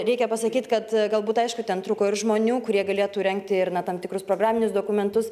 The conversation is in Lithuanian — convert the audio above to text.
reikia pasakyt kad galbūt aišku ten trūko ir žmonių kurie galėtų rengti ir na tam tikrus programinius dokumentus